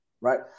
Right